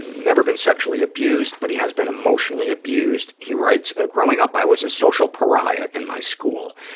never been sexually abused but he has been emotionally abused. he writes, ah growing up, i was a social pariah in my school.